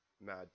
mad